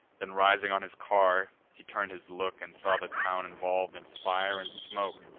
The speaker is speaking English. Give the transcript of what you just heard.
then, rising on his car, he turn'd his look, and saw the town involv'd in fire and smoke.